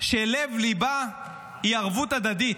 שלב-ליבה הוא ערבות הדדית?